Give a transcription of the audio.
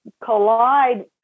collide